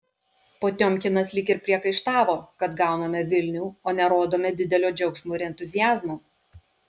potiomkinas lyg ir priekaištavo kad gauname vilnių o nerodome didelio džiaugsmo ir entuziazmo